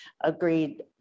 agreed